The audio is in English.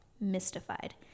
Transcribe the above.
mystified